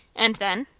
and then?